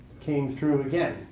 came through again,